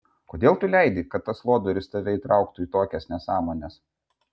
kodėl tu leidi kad tas lodorius tave įtrauktų į tokias nesąmones